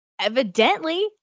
Evidently